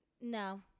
no